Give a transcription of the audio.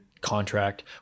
contract